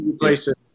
places